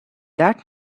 that